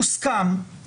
אני מבקש לסיים, משפט סיום.